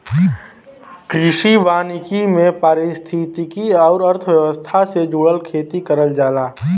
कृषि वानिकी में पारिस्थितिकी आउर अर्थव्यवस्था से जुड़ल खेती करल जाला